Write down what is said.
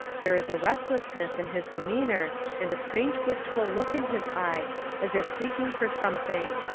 there is a restlessness in his demeanour and a strange wistful look in his eye as if seeking for something.